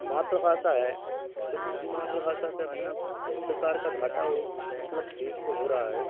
मात्रभाषा है तो हिन्दी मात्रभाषा से अपना इस प्रकार का घाटा हो मतलब देश को हो रहा है